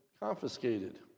confiscated